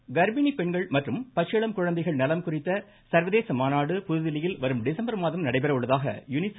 ப் கர்ப்பிணிப் பெண்கள் மற்றும் பச்சிளம் குழந்தைகள் நலம் குறித்த சர்வதேச மாநாடு புதுதில்லியில் வரும் டிசம்பர் மாதம் நடைபெற உள்ளதாக யுனிசெ